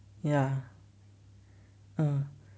ya uh